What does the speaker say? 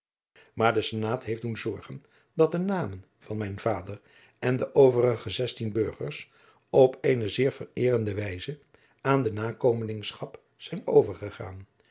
maar de senaat heeft doen zorgen dat de namen van mijn vader en de overige zestien burgers op eene zeer vereerende wijze aan de nakomelingschap zijn overgegaan